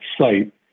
site